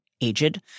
aged